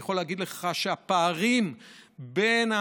אני יכול להגיד לך שהפערים בין האנשים,